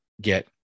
get